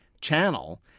channel